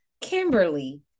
Kimberly